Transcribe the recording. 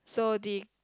so the